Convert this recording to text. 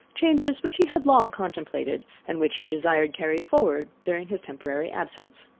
changes which he had long contemplated, and which he desired carried forward during his temporary absence.